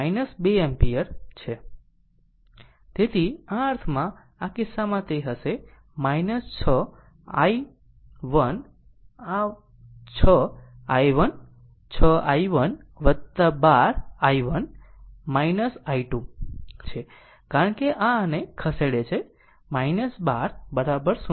તેથી આ અર્થમાં આ કિસ્સામાં તે હશે 6 i1 આ 6 i1 6 i1 12 i1 i2 છે કારણ કે આ આને ખસેડે છે 12 0 છે